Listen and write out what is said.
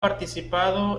participado